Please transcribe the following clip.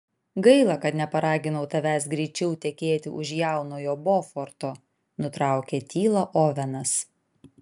gaila kad neparaginau tavęs greičiau tekėti už jaunojo boforto nutraukė tylą ovenas